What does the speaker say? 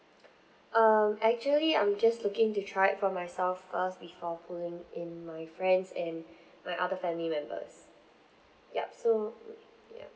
um actually I'm just looking to try it for myself first before pulling in my friends and my other family members yup so mm ya